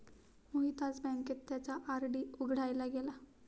मोहित आज बँकेत त्याचा आर.डी उघडायला गेला